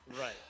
right